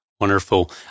Wonderful